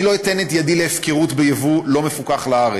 ואני לא אתן את ידי להפקרות של ייבוא לא מפוקח לארץ,